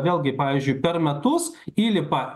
vėlgi pavyzdžiui per metus įlipa